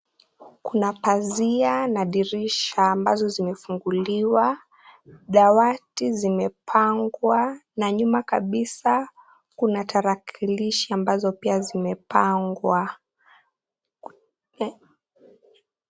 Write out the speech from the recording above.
Kuna pazia na dirisha ambazo zimefunguliwa, dawati zimepangwa, na nyuma kabisa kuna tarakilishi ambazo pia zimepangwa.